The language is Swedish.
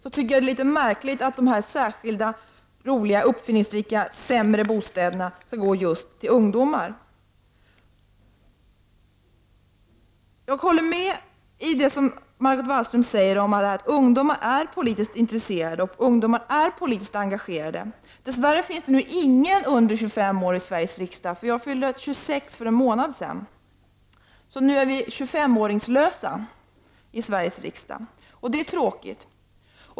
Det är litet märkligt att dessa särskilda, roliga, uppfinningsrika, sämre bostäder just går till ungdomar. Jag håller med om att ungdomar är politiskt intresserade och politiskt engagerade. Dess värre finns nu ingen under 25 år i Sveriges riksdag, för jag fyllde 26 för en månad sedan. Så nu är vi 25-åringslösa i Sveriges riksdag. Det är tråkigt.